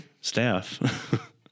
staff